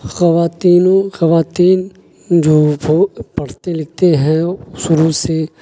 خواتین و خواتین جو وہ پڑھتے لکھتے ہیں شروع سے